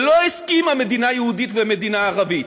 שלא הסכימה, מדינה יהודית ומדינה ערבית,